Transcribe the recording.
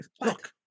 Look